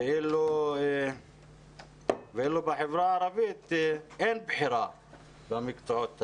ואילו בחברה הערבית אין בחירה במקצועות האלה.